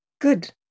good